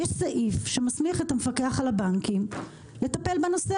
יש סעיף שמסמיך את המפקח על הבנקים לטפל בנושא